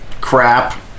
crap